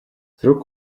through